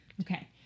Okay